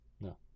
No